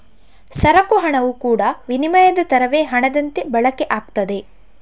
ಸರಕು ಹಣವು ಕೂಡಾ ವಿನಿಮಯದ ತರವೇ ಹಣದಂತೆ ಬಳಕೆ ಆಗ್ತದೆ